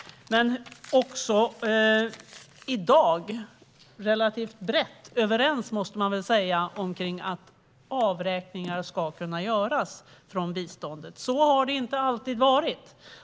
Men vi är också relativt brett överens om att avräkningar ska kunna göras från biståndet. Så har det inte alltid varit.